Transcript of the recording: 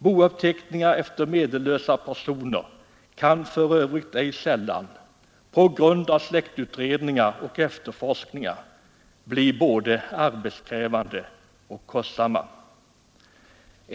Bouppteckningar efter meddellösa personer kan för övrigt ej sällan — på grund av släktutredningar och efterforskningar — bli både arbetskrävande och kostsamma.